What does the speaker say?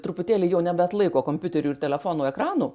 truputėlį jau nebeatlaiko kompiuterių ir telefonų ekranų